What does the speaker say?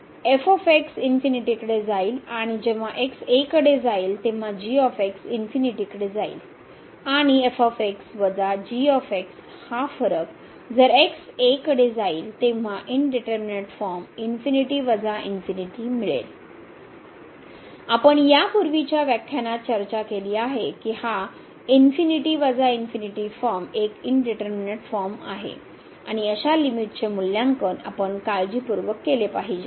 तर समजा इन्फिनिटी कडे जाईल आणि इन्फिनिटी कडे जाईलआणि वजा आपण यापूर्वीच्या व्याख्यानात चर्चा केली आहे की हा ∞∞ फॉर्म एक इनडीटर्मिनेट फॉर्म आहे आणि अशा लिमिटचे मूल्यांकन आपण काळजीपूर्वक केले पाहिजे